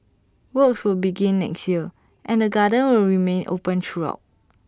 works will begin next year and the garden will remain open throughout